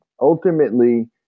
ultimately